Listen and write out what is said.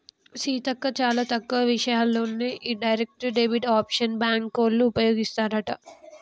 సీతక్క చాలా తక్కువ విషయాల్లోనే ఈ డైరెక్ట్ డెబిట్ ఆప్షన్ బ్యాంకోళ్ళు ఉపయోగిస్తారట